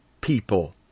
people